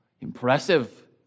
Impressive